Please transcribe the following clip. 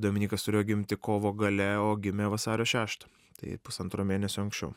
dominykas turėjo gimti kovo gale o gimė vasario šeštą tai pusantro mėnesio anksčiau